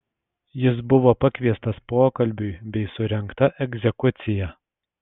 jis buvo pakviestas pokalbiui bei surengta egzekucija